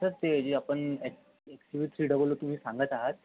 sir ते जे आपण X X U V three double O तुम्ही सांगत आहात